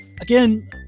again